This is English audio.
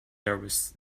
nervous